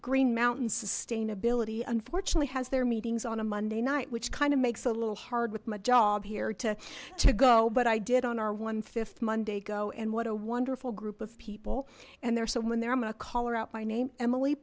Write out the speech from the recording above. green mountain sustainability unfortunately has their meetings on a monday night which kind of makes it a little hard with my job here to to go but i did on our one fifth monday go and what a wonderful group of people and there's someone there i'm going to call her out my name emily